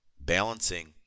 Balancing